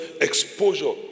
exposure